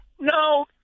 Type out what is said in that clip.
No